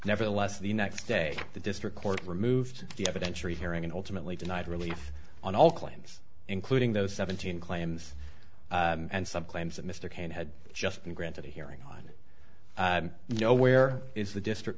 nevertheless the next day the district court removed the evidence rehearing and ultimately denied relief on all claims including those seventeen claims and some claims that mr cain had just been granted a hearing on no where is the district